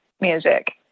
music